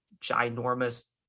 ginormous